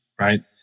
right